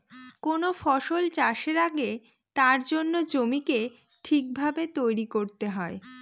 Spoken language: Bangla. কোন ফসল চাষের আগে তার জন্য জমিকে ঠিক ভাবে তৈরী করতে হয়